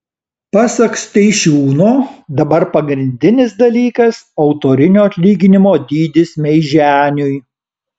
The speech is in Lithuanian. pasak steišiūno dabar pagrindinis dalykas autorinio atlyginimo dydis meiženiui